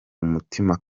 umutima